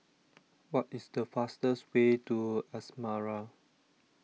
What IS The fastest Way to Asmara